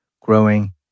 growing